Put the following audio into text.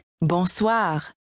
Bonsoir